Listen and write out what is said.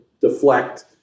deflect